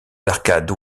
arcades